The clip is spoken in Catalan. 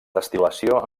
destil·lació